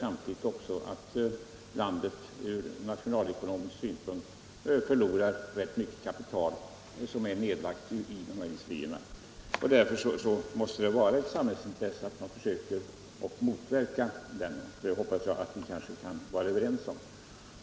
Men det blir också nationalekonomiska följder. Landet förlorar rätt mycket av det kapital som lagts ned i dessa industrier. Därför måste det vara ett samhällsintresse att försöka motverka en sådan här utveckling. Det hoppas jag att vi kan vara överens om.